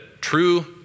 true